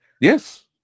Yes